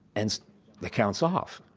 and the counts off.